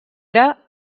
era